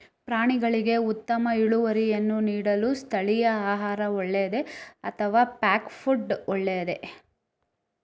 ಪ್ರಾಣಿಗಳು ಉತ್ತಮ ಇಳುವರಿಯನ್ನು ನೀಡಲು ಸ್ಥಳೀಯ ಆಹಾರ ಒಳ್ಳೆಯದೇ ಅಥವಾ ಪ್ಯಾಕ್ ಫುಡ್ ಒಳ್ಳೆಯದೇ?